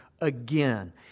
again